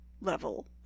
level